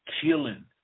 killing